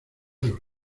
los